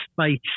space